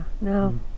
no